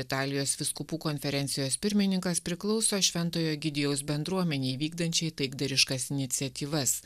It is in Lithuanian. italijos vyskupų konferencijos pirmininkas priklauso šventojo egidijaus bendruomenei vykdančiai taikdariškas iniciatyvas